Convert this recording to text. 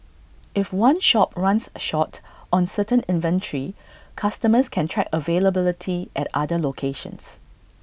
if one shop runs short on certain inventory customers can track availability at other locations